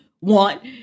want